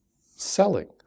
selling